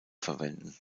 verwenden